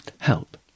Help